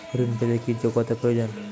ঋণ পেতে কি যোগ্যতা প্রয়োজন?